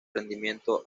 rendimiento